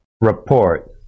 report